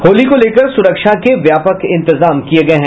होली को लेकर सुरक्षा के व्यापक इंतजाम किये गये है